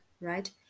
right